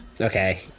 Okay